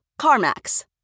CarMax